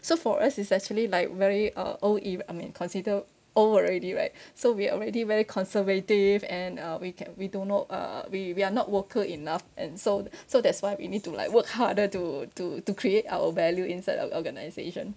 so for us it's actually like very uh old if I mean consider old already right so we're already very conservative and uh we can we don't know uh we we're not worker enough and so so that's why we need to like work harder to to to create our value inside our organization